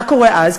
מה קורה אז?